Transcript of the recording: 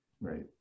Right